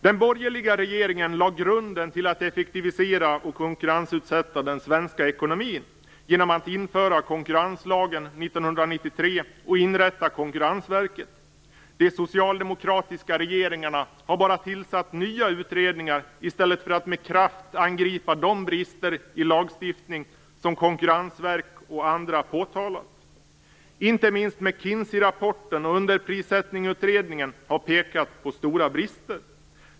Den borgerliga regeringen lade grunden till att effektivisera och konkurrensutsätta den svenska ekonomin genom att införa konkurrenslagen 1993 och inrätta Konkurrensverket. De socialdemokratiska regeringarna har bara tillsatt nya utredningar i stället för att med kraft angripa de brister i lagstiftning som Konkurrensverket och andra påtalat. Inte minst McKinseyrapporten och Underprissättningsutredningen har pekat på stora brister.